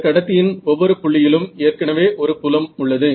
இந்த கடத்தியின் ஒவ்வொரு புள்ளியிலும் ஏற்கனவே ஒரு புலம் உள்ளது